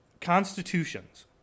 constitutions